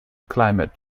climate